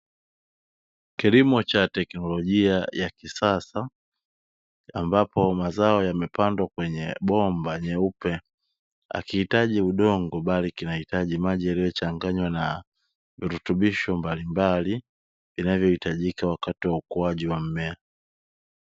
Kilimo cha teknolojia ya kisasa ambapo mazao yamepandwa kwenye bomba nyeupe, hakihitaji udongo bali maji yaliyochanganywa na virutubisho mbalimbali vinavyohitajika wakati wa ukuaji wa mmea.